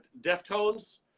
Deftones